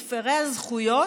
מפירי הזכויות,